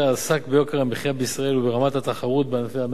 עסק ביוקר המחיה בישראל וברמת התחרות בענפי המשק.